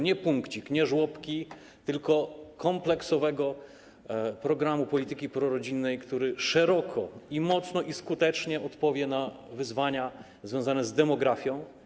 Nie punkcik, nie żłobki, tylko kompleksowy programu polityki prorodzinnej, który szeroko, mocno i skutecznie odpowie na wyzwania związane z demografią.